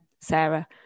Sarah